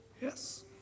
Yes